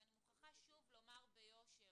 ואני מוכרחה לומר ביושר,